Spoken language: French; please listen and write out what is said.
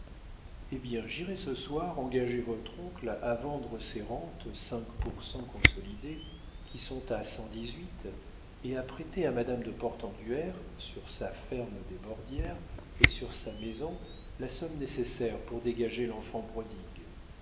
eh bien j'irai ce soir engager votre oncle à vendre ses rentes cinq pour cent consolidés qui sont à cent dix-huit et à prêter à madame de portenduère sur sa ferme des bordières et sur sa maison la somme nécessaire pour dégager l'enfant prodigue